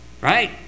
right